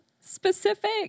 specific